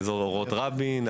אזור אורות רבין,